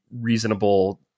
reasonable